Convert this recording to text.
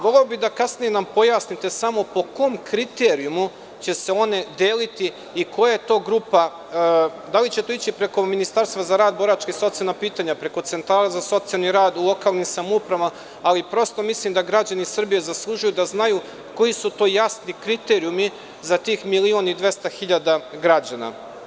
Voleo bih da nam kasnije pojasnite samo po kom kriterijumu će se one deliti i koja je to grupa, da li će to ići preko Ministarstva za rad, boračka i socijalna pitanja, preko centara za socijalni rad u lokalnim samoupravama, ali prosto mislim da građani Srbije zaslužuju da znaju koji su to jasni kriterijumi za tih milion i 200 hiljada građana?